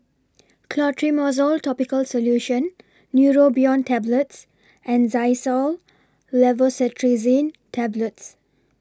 Clotrimozole Topical Solution Neurobion Tablets and Xyzal Levocetirizine Tablets